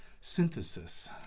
synthesis